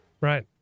right